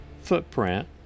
footprint